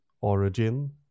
origin